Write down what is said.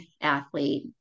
athlete